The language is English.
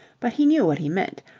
but he knew what he meant.